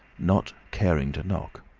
not caring to knock.